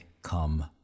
come